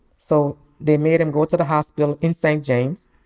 so they made him go to the hospital in st. james.